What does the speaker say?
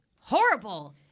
horrible